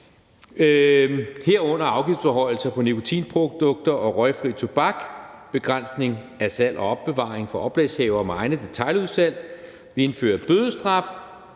herunder afgiftsforhøjelser på nikotinprodukter og røgfri tobak og begrænsning af salg og opbevaring for oplagshavere med egne detailudsalg. Vi indfører bødestraf,